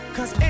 Cause